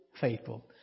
Faithful